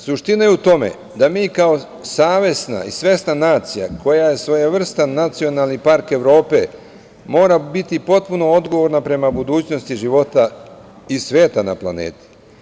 Suština je u tome da mi kao savesna i svesna nacija, koja je svojevrstan nacionalni park Evrope, mora biti potpuno odgovorna prema budućnosti života i sveta na planeti.